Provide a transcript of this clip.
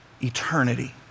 eternity